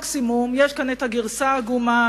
מקסימום יש כאן הגרסה העגומה